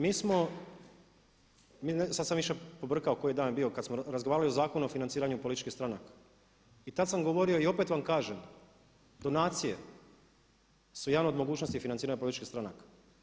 Mi smo, sad sam više pobrkao koji je dan bio kad smo razgovarali o Zakonu o financiranju političkih stranaka, i tad sam govorio i opet vam kažem donacije su jedna od mogućnosti financiranja političkih stranaka.